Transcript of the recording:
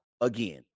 again